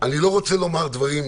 אני לא רוצה לומר דברים,